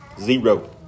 Zero